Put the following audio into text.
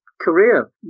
career